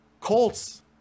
Colts